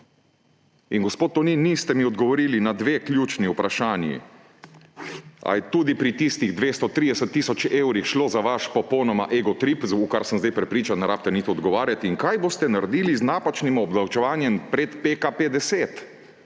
In, gospod Tonin, niste mi odgovorili na dve ključni vprašanji. Ali je tudi pri tistih 230 tisoč evrih šlo popolnoma za vaš egotrip? O tem sem zdaj prepričan, ne rabite niti odgovarjati. Kaj boste naredili z napačnim obdavčevanjem pred PKP10?